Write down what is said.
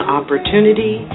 opportunity